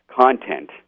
content